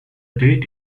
date